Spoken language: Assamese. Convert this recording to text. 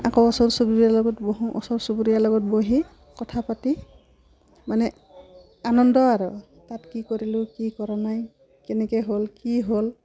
আকৌ ওচৰ চুবুৰীয়াৰ লগত বহোঁ ওচৰ চুবুৰীয়াৰ লগত বহি কথা পাতি মানে আনন্দ আৰু তাত কি কৰিলোঁ কি কৰা নাই কেনেকৈ হ'ল কি হ'ল